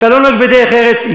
אני לא אגיד לך "חצוף".